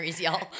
y'all